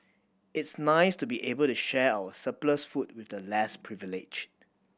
it's nice to be able to share our surplus food with the less privileged